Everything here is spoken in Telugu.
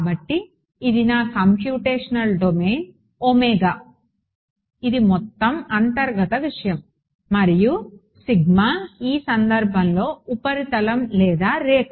కాబట్టి ఇది నా కంప్యూటేషనల్ డొమైన్ ఇది మొత్తం అంతర్గత విషయం మరియు ఈ సందర్భంలో ఉపరితలం లేదా రేఖ